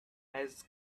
has